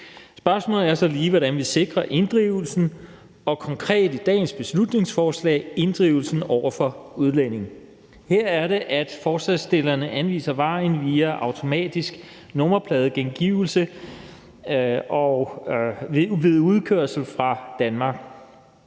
Spørgsmålet er så lige, hvordan vi sikrer inddrivelsen og konkret i dagens beslutningsforslag inddrivelsen over for udlændinge. Her er det, at forslagsstillerne anviser den vej, at det skal ske via automatisk nummerpladegenkendelse ved udkørsel fra Danmark.